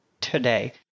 today